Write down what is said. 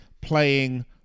playing